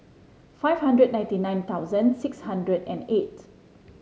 five hundred ninety nine thousand six hundred and eight